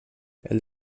els